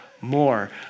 more